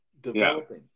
developing